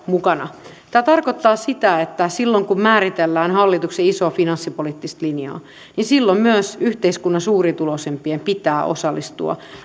mukana tämä tarkoittaa sitä että silloin kun määritellään hallituksen isoa finanssipoliittista linjaa niin myös yhteiskunnan suurituloisimpien pitää osallistua